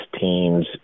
team's